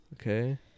Okay